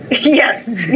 Yes